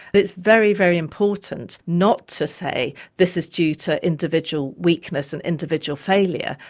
it's very, very important not to say this is due to individual weakness and individual failure.